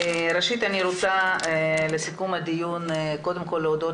ראשית אני רוצה לסיכום הדיון קודם כל להודות